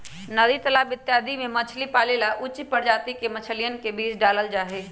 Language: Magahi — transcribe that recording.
नदी तालाब इत्यादि में मछली पाले ला उच्च प्रजाति के मछलियन के बीज डाल्ल जाहई